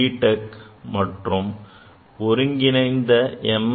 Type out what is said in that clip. Tech மற்றும் ஒருங்கிணைந்த M